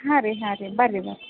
ಹಾಂ ರೀ ಹಾಂ ರೀ ಬನ್ರಿ ಬನ್ರಿ